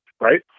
right